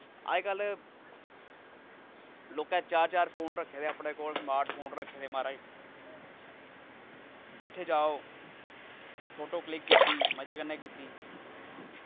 अज्जकल लोकें चार चार फोन रक्खे दे अपने कोल स्मार्टफोन रक्खे दे महारज जित्थें जाओ फोटो क्लिक कीती मज़े कन्नै कीती